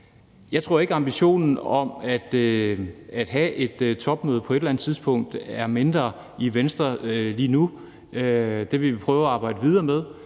Jeg tror ikke, ambitionen om at have et topmøde på et eller andet tidspunkt er mindre i Venstre lige nu, og det vil vi prøve at arbejde videre med.